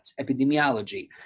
epidemiology